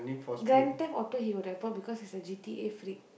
Grand-Theft-Auto he would have bought because he is a G_T_A freak